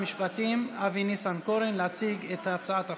המשפטים אבי ניסנקורן, להציג את הצעת החוק,